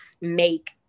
make